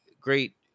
great